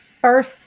First